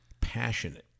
passionate